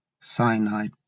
cyanide